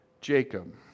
Jacob